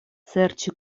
serĉi